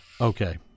okay